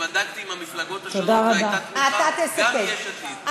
בדקתי עם המפלגות השונות והייתה תמיכה גם מיש עתיד.